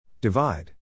Divide